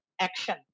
action